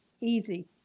easy